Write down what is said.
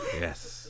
Yes